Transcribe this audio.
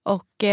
Och